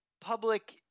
public